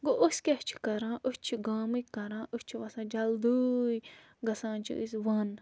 گوٚو أسۍ کیٛاہ چھِ کَران أسۍ چھِ گامٕکۍ کَران أسۍ چھِ وَسان جلدۭے گژھان چھِ أسۍ وَن